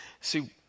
See